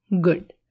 Good